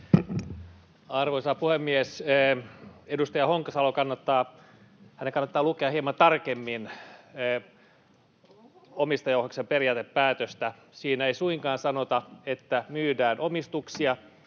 Arvoisa puhemies! Edustaja Honkasalo, kannattaa lukea hieman tarkemmin omistajaohjauksen periaatepäätöstä. Siinä ei suinkaan sanota, että myydään omistuksia